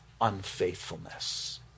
unfaithfulness